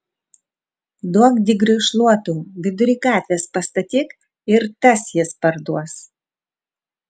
duok digriui šluotų vidury gatvės pastatyk ir tas jis parduos